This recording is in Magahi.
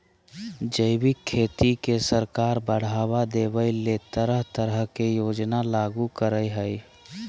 जैविक खेती के सरकार बढ़ाबा देबय ले तरह तरह के योजना लागू करई हई